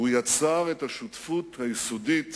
ויצר את השותפות היסודית